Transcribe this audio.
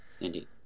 Indeed